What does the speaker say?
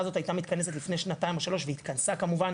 הזאת הייתה מתכנסת והיא התכנסה כמוהן